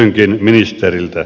kysynkin ministeriltä